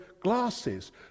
glasses